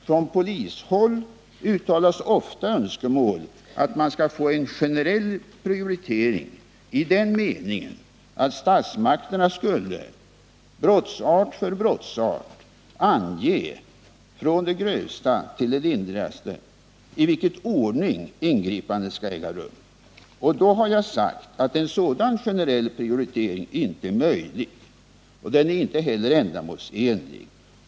Från polishåll uttalas ofta önskemål om en generell prioritering i den meningen att statsmakterna brottsart för brottsart — från den grövsta till den lindrigaste — skall ange i vilken ordning ingripande skall äga rum. Jag har då sagt att en sådan generell prioritering inte är möjlig att göra. Den skulle inte heller vara ändamålsenlig.